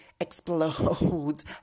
explodes